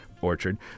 orchard